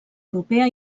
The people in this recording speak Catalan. europea